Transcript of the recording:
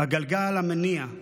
הגלגל המניע,